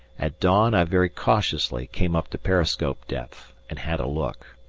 at dawn i very cautiously came up to periscope depth, and had a look.